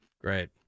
Great